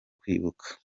kwibuka